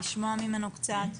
לשמוע ממנו קצת.